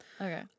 Okay